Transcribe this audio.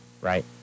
right